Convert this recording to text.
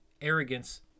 arrogance